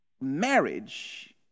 marriage